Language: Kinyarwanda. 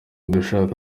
dushaka